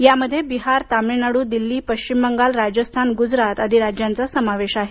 यामध्ये बिहार तामिळनाडू दिल्ली पश्चिम बंगाल राजस्थान गुजरात आदी राज्यांचा समावेश आहे